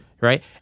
Right